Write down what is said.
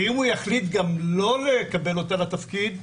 אם הוא יחליט לא לקבל אותה לתפקיד,